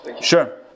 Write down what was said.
Sure